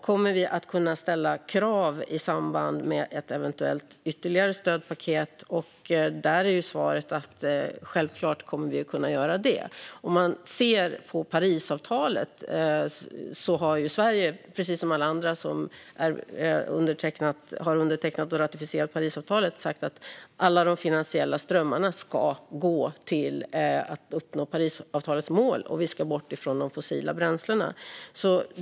Kommer vi att kunna ställa krav i samband med ett eventuellt ytterligare stödpaket? Där är svaret att vi självklart kommer att kunna göra det. Om man ser till Parisavtalet har Sverige, precis som alla andra som har undertecknat och ratificerat avtalet, sagt att alla de finansiella strömmarna ska gå till att uppnå Parisavtalets mål och att vi ska bort ifrån de fossila bränslena.